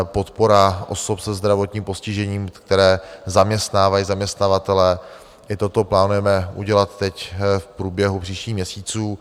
Podpora osob se zdravotním postižením, které zaměstnávají zaměstnavatelé, i toto plánujeme udělat teď v průběhu příštích měsíců.